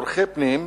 לצורכי פנים,